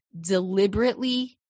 deliberately –